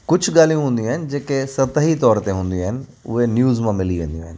कुझु ॻाल्हियूं हुंदियूं आहिनि जेके सतही तौरु ते हूंदियूं आहिनि उहे न्यूज़ में मिली वेंदियूं आहिनि